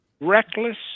reckless